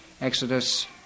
Exodus